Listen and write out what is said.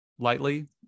lightly